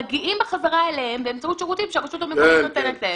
מגיעים בחזרה אליהם באמצעות שירותים שהרשות המקומית נותנת להם.